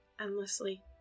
endlessly